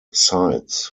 sights